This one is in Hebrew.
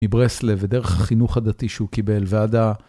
מברסלב ודרך החינוך הדתי שהוא קיבל ועד ה...